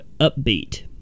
Upbeat